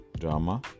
Drama